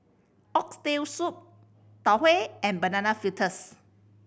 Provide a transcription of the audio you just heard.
Oxtail Soup Tau Huay and Banana Fritters